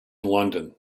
london